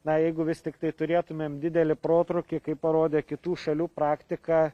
na jeigu vis tiktai turėtumėm didelį protrūkį kaip parodė kitų šalių praktika